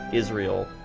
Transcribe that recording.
israel,